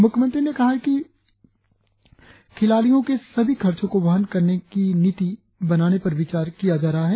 मुख्यमंत्री ने कहा है कि खिलाड़ियो के सभी खर्चो को वहन करने के नीति बनाने पर विचार किया जा रहा है